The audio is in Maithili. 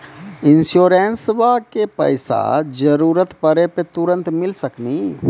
इंश्योरेंसबा के पैसा जरूरत पड़े पे तुरंत मिल सकनी?